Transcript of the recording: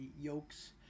yolks